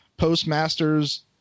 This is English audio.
postmasters